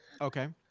Okay